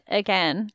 again